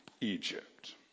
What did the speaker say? Egypt